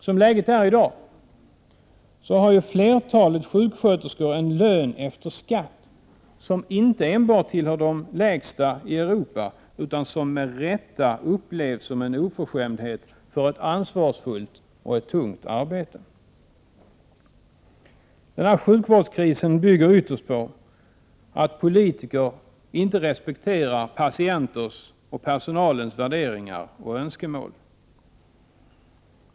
Som läget är i dag har ju flertalet sjuksköterskor en lön efter skatt som inte enbart tillhör de lägsta i Europa utan som med rätta upplevs som en oförskämdhet för ett ansvarsfullt och tungt arbete. Sjukvårdskrisen bygger ytterst på att politiker inte respekterar patienters och personalens värderingar och önskemål.